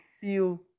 feel